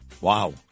Wow